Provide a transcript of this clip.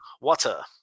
Water